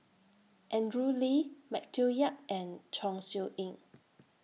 Andrew Lee Matthew Yap and Chong Siew Ying